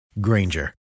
Granger